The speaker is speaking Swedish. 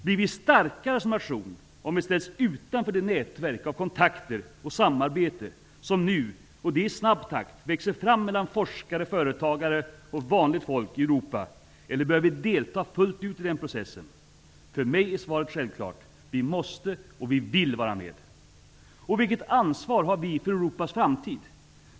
Blir vi starkare som nation om vi ställs utanför det nätverk av kontakter och samarbete som nu, och det i snabb takt, växer fram mellan forskare, företagare och vanligt folk i Europa -- eller bör vi delta fullt ut i denna process? För mig är svaret självklart: Vi måste, och vi vill, vara med! Vilket ansvar har vi för Europas framtid?